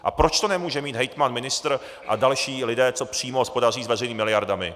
A proč to nemůže mít hejtman, ministr a další lidé, co přímo hospodaří s veřejnými miliardami?